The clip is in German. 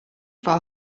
war